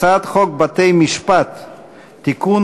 הצעת חוק בתי-המשפט (תיקון,